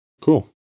Cool